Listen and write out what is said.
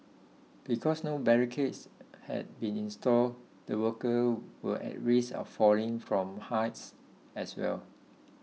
because no barricades had been installed the worker were at risk of falling from heights as well